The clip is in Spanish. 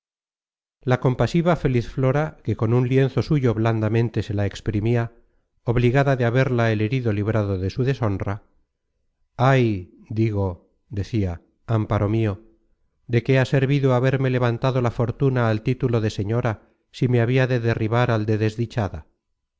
la compasiva feliz flora que con un lienzo suyo blandamente se la exprimia obligada de haberla el herido librado de su deshonra ay digo decia amparo mio de qué ha servido haberme levantado la fortuna al título de señora si me habia de derribar al de desdichada